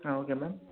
ಹಾಂ okay ma'am